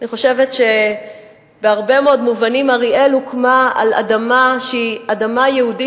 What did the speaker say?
אני חושבת שבהרבה מאוד מובנים אריאל הוקמה על אדמה שהיא אדמה יהודית